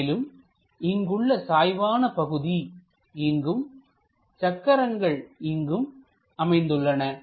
மேலும் இங்குள்ள சாய்வான பகுதி இங்கும் சக்கரங்கள் இங்கும் அமைந்துள்ளன